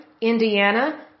Indiana